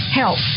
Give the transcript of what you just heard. help